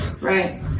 right